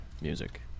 Music